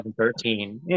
2013